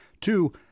Two